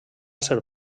ser